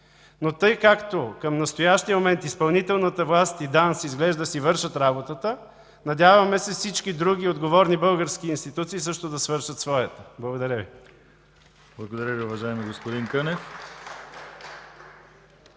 но тъй както към настоящия момент изпълнителната власт и ДАНС изглежда си вършат работата, надяваме се всички други отговорни български институции също да свършат своята. Благодаря Ви. (Ръкопляскания от РБ.)